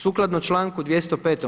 Sukladno čl. 205.